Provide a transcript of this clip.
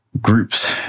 Groups